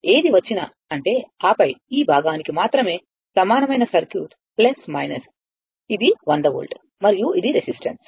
ఏది వచ్చినా అంటే ఆపై ఈ భాగానికి మాత్రమే సమానమైన సర్క్యూట్ ఇది 100 వోల్ట్ మరియు ఇది రెసిస్టెన్స్